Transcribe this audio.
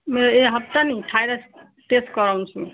मेरो यो हप्ता नि थाइरोइड टेस्ट गराउँछु